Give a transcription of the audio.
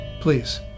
Please